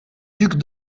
duc